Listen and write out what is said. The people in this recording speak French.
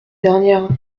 dernière